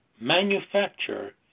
manufacture